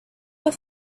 were